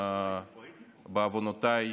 בעוונותיי,